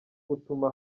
gutuma